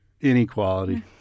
Inequality